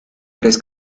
tres